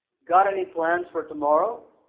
got any plans for tomorrow?